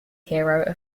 hero